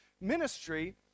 ministry